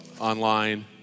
online